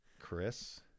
Chris